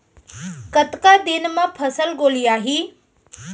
कतका दिन म फसल गोलियाही?